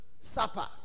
supper